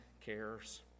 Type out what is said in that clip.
cares